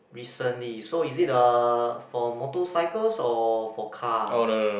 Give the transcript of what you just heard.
recently so is it uh for motorcycles or for cars